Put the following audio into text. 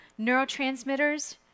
neurotransmitters